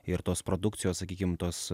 ir tos produkcijos sakykim tos